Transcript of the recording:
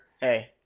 Hey